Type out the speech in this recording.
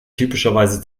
typischerweise